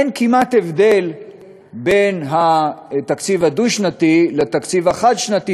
אין כמעט הבדל בין התקציב הדו-שנתי לתקציב החד-שנתי,